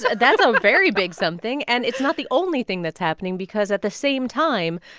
so that's a very big something. and it's not the only thing that's happening because at the same time,